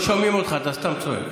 לא שומעים אותך, אתה סתם צועק.